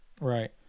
right